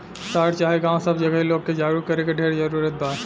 शहर चाहे गांव सब जगहे लोग के जागरूक करे के ढेर जरूरत बा